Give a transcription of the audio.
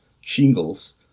shingles